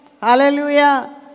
Hallelujah